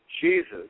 Jesus